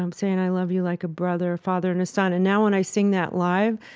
um saying, i love you like a brother, father and a son. and now when i sing that live,